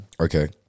Okay